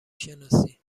شناسی